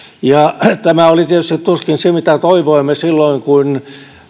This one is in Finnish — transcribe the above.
ja tämä oli tietysti tuskin se mitä toivoimme silloin kun